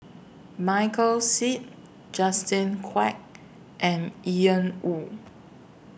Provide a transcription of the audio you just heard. Michael Seet Justin Quek and Ian Woo